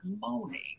moaning